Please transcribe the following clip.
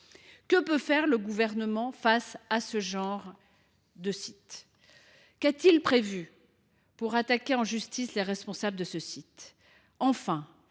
Que peut faire le Gouvernement face à ce genre de site ? Et qu’a t il prévu pour attaquer en justice ses responsables ? Il est urgent